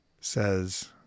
says